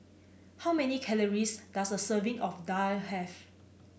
how many calories does a serving of daal have